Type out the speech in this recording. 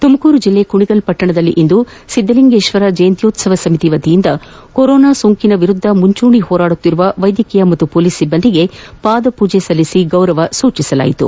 ತುಮಕೂರು ಜಿಲ್ಲೆ ಕುಣಿಗಲ್ ಪಟ್ಟಣದಲ್ಲಿಂದು ಸಿದ್ದಲಿಂಗೇಶ್ವರ ಜಯಂತೋತ್ಸವ ಸಮಿತಿ ವತಿಯಿಂದ ಕೊರೊನಾ ಸೋಂಕಿನ ವಿರುದ್ದ ಮುಂಚೂಣಿ ಹೋರಾಡುತ್ತಿರುವ ವೈದ್ಯಕೀಯ ಮತ್ತು ಪೊಲೀಸ್ ಸಿಬ್ಬಂದಿಗೆ ಪಾದಪೂಜೆ ಮಾಡಿ ಗೌರವ ಸಲ್ಲಿಸಲಾಯಿತು